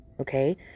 okay